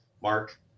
Mark